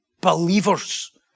believers